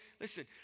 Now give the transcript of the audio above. Listen